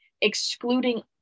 excluding